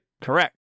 Correct